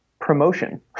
promotion